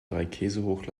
dreikäsehoch